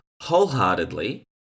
wholeheartedly